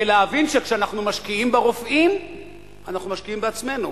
ולהבין שכשאנחנו משקיעים ברופאים אנחנו משקיעים בעצמנו.